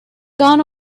gone